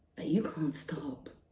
that you can't stop.